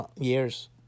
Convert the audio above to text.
years